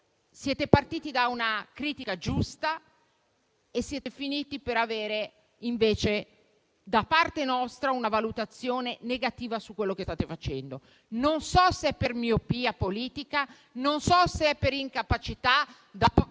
siete partiti da una critica giusta e siete finiti per avere invece, da parte nostra, una valutazione negativa su quello che state facendo. Non so se è per miopia politica, non so se è per incapacità,